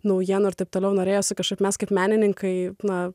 naujienų ir taip toliau norėjosi kažkaip mes kaip menininkai na